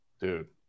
dude